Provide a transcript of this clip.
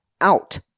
out